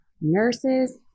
nurses